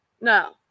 no